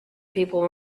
people